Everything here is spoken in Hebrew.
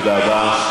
תודה רבה.